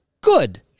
good